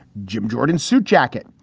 jim jordan suit jacket.